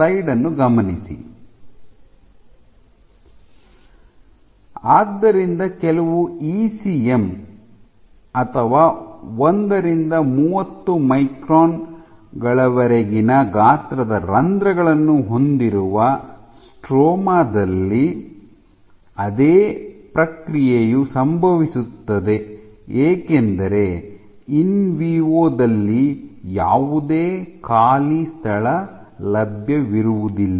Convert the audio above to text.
slide ಅನ್ನು ಗಮನಿಸಿ ಸಮಯ 0952 ಆದ್ದರಿಂದ ಕೆಲವು ಇಸಿಎಂ ಅಥವಾ 1 ರಿಂದ 30 ಮೈಕ್ರಾನ್ ಗಳವರೆಗಿನ ಗಾತ್ರದ ರಂಧ್ರಗಳನ್ನು ಹೊಂದಿರುವ ಸ್ಟ್ರೋಮಾ ದಲ್ಲಿ ಅದೇ ಪ್ರಕ್ರಿಯೆಯು ಸಂಭವಿಸುತ್ತದೆ ಏಕೆಂದರೆ ಇನ್ವಿವೊ ದಲ್ಲಿ ಯಾವುದೇ ಖಾಲಿ ಸ್ಥಳ ಲಭ್ಯವಿರುವುದಿಲ್ಲ